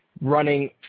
running